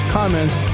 comments